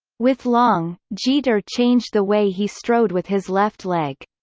with long, jeter changed the way he strode with his left leg.